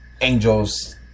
angels